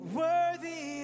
worthy